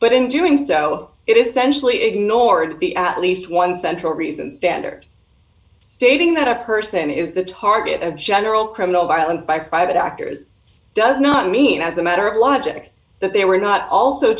but in doing so it is essentially ignored the at least one central reason standard stating that a person is the target of general criminal violence by private actors does not mean as a matter of logic that they were not also